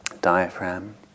diaphragm